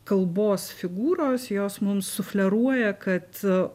kalbos figūros jos mums sufleruoja kad aa